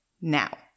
Now